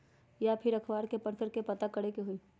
या फिर अखबार में पढ़कर के पता करे के होई?